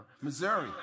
Missouri